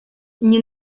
nie